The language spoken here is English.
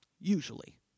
usually